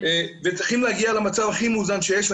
צריכים להגיע למצב הכי מאוזן שיש.